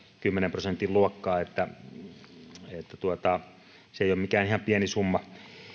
kymmenen prosentin luokkaa niin että se ei ole mikään ihan pieni summa